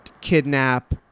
kidnap